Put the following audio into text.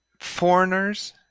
foreigners